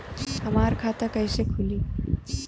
हमार खाता कईसे खुली?